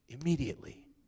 immediately